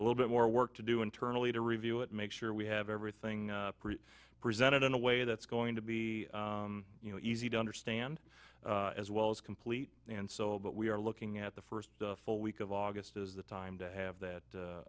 a little bit more work to do internally to review it make sure we have everything presented in a way that's going to be you know easy to understand as well as complete and so but we are looking at the first full week of august is the time to have that